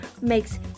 makes